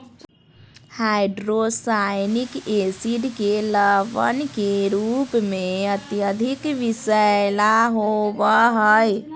hydrocyanic acid के लवण के रूप में अत्यधिक विषैला होव हई